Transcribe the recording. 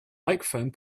microphone